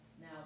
now